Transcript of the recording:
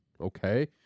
okay